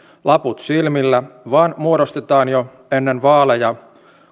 laput silmillä vaan muodostetaan jo ennen vaaleja